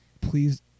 Please